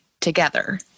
Together